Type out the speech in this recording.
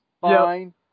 fine